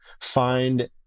find